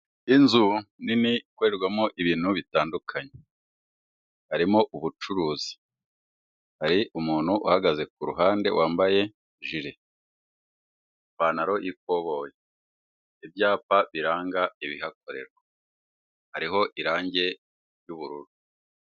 Inzu nini ikorerwamo ibintu bitandukanye harimo ubucuruzi, hari umuntu uhagaze ku ruhande wambaye ijire, ipantaro y'ikoboye. ibyapa biranga ibihakorerwa, hariho irange ry'ubururu.